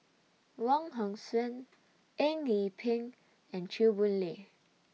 Wong Hong Suen Eng Yee Peng and Chew Boon Lay